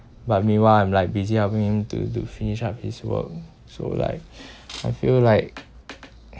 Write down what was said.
but meanwhile I'm like busy helping him to do finish up his work so like I feel like